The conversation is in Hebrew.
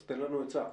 אז תן לנו עצה.